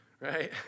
right